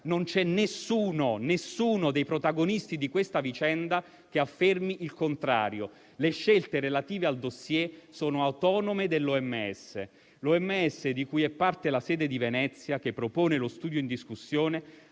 non c'è nessuno dei protagonisti di questa vicenda che affermi il contrario. Le scelte relative al *dossier* sono autonome dell'OMS. L'OMS, di cui è parte la sede di Venezia che propone lo studio in discussione,